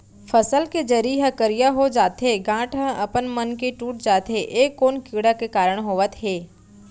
फसल के जरी ह करिया हो जाथे, गांठ ह अपनमन के टूट जाथे ए कोन कीड़ा के कारण होवत हे?